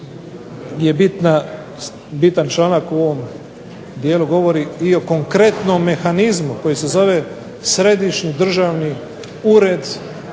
je bitan članak u ovom dijelu govori i o konkretnom mehanizmu koji se zove središnji državni ured